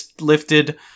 lifted